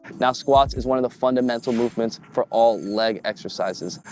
now squats is one of the fundamental movements for all leg exercises.